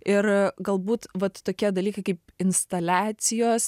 ir galbūt vat tokie dalykai kaip instaliacijos